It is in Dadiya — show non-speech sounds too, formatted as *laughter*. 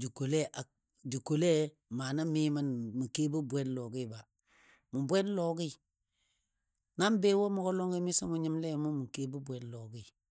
jə kole *hesitation* kole mana mimə kebo bwenlɔgi. Mə bwenlɔgi. Na be wo mʊgɔ lɔgɨ miso mou nyɨmle mou mə kebɔ bwenlɔgɨ.